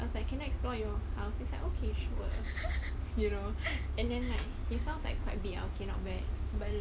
I was like can explore your house he's like okay sure you know and then like it sounds like quite big ah okay not bad but